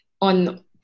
On